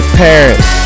parents